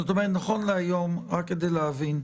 נכון להיום, רק כדי להבין,